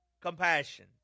compassion